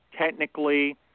Technically